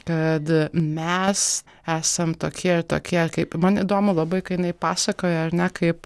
kad mes esam tokie ir tokie kaip man įdomu labai kai jinai pasakoja ar ne kaip